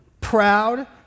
proud